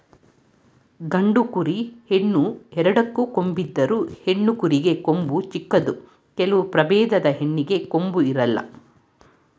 ಗಂಡು ಕುರಿ, ಹೆಣ್ಣು ಎರಡಕ್ಕೂ ಕೊಂಬಿದ್ದರು, ಹೆಣ್ಣು ಕುರಿಗೆ ಕೊಂಬು ಚಿಕ್ಕದು ಕೆಲವು ಪ್ರಭೇದದ ಹೆಣ್ಣಿಗೆ ಕೊಂಬು ಇರಲ್ಲ